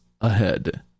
ahead